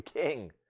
King